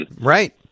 Right